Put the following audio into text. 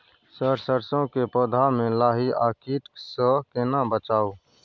Sir सरसो के पौधा में लाही आ कीट स केना बचाऊ?